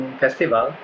festival